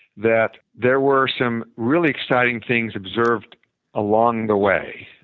that there were some really exciting things observed along the way.